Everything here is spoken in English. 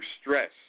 stress